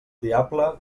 diable